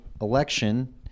election